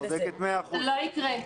צודקת 100%. לא יקרה,